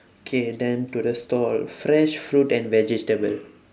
okay then to the stall fresh fruit and vegetables